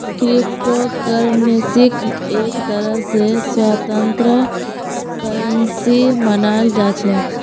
crypto करन्सीक एक तरह स स्वतन्त्र करन्सी मानाल जा छेक